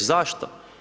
Zašto?